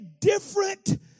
different